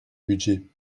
budget